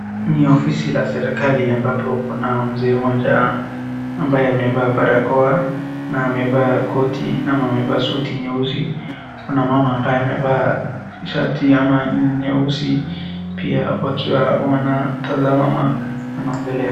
Ni ofisi la serikali ambapo kuna mzee mmoja ambaye amevaa barakoa na amevaa koti ama amevaa suti nyeusi. Kuna mama ambaye amevaa shati ama nyeusi pia wakiwa wana tazama ama wanaongelea.